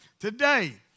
Today